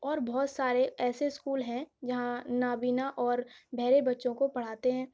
اور بہت سارے ایسے اسکول ہیں جہاں نابینا اور بہرے بچوں کو پڑھاتے ہیں